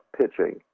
pitching